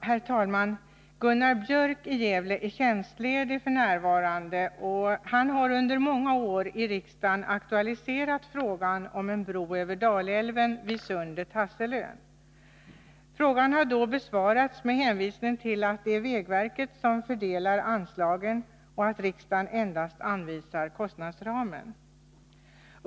Herr talman! Gunnar Björk i Gävle är tjänstledig f. n. Han har under många år i riksdagen aktualiserat frågan om en bro över Dalälven vid Sundet-Hasselön. Frågan har då besvarats med hänvisning till att det är vägverket som fördelar anslagen och att riksdagen endast anvisar kostnadsramen.